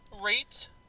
rate